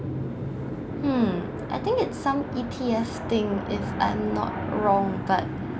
mm I think it's some E_T_S thing if I'm not wrong but